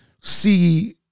see